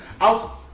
out